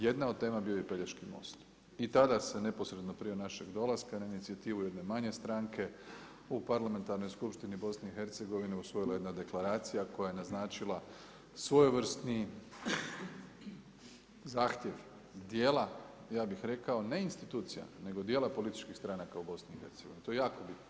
Jedna od tema bio je i Pelješki most i tada se neposredno prije našeg dolaska na inicijativu jedne manje stranke u Parlamentarnoj skupštini BiH usvojila jedna deklaracija koja je naznačila svojevrsni zahtjev djela, ja bih rekao ne institucija nego dijela političkih stranaka u BiH, to je jako bitno.